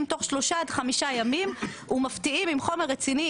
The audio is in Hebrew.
תוך שלושה עד חמישה ימים ומפתיעים עם חומר רציני,